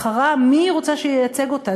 בחרה מי היא רוצה שייצג אותה.